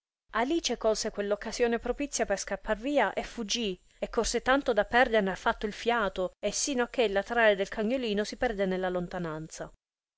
alice colse quell'occasione propizia per scappar via e fuggì e corse tanto da perderne affatto il fiato e sino a che il latrare del cagnolino si perdè nella lontananza